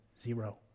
zero